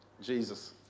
Jesus